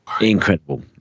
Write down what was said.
Incredible